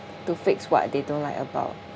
to fix what they don't like about